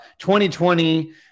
2020